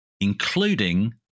including